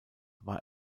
war